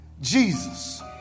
Jesus